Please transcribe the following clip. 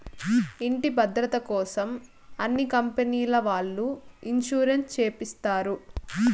ఇంటి భద్రతకోసం అన్ని కంపెనీల వాళ్ళు ఇన్సూరెన్స్ చేపిస్తారు